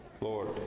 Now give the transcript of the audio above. Lord